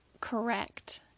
correct